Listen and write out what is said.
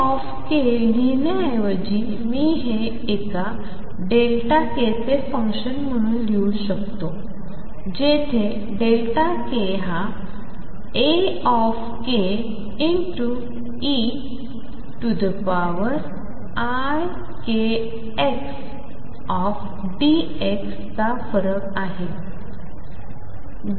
A लिहिण्याऐवजी मी हे एका k चे फंक्शन म्हणून लिहू शकतो जिथे k हा Akeikxdk चा फरक आहे